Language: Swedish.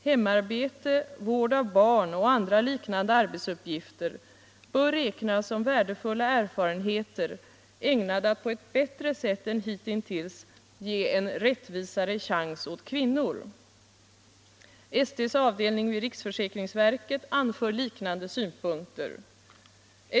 Hemarbete, vård av barn och andra liknande arbetsuppgifter bör räknas som värdefulla erfarenheter, ägnade all på ett bättre sätt än hitintills ge en rättvisare chans åt kvinnor.” ST:s avdelning vid riksförsäkringsverket anför liknande synpunkter.